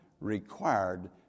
required